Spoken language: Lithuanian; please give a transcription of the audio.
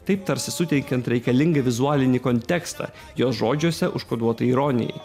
taip tarsi suteikiant reikalingą vizualinį kontekstą jos žodžiuose užkoduota ironijai